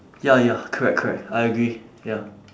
ya ya correct correct I agree ya